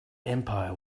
empire